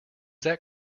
that